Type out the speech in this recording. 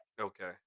Okay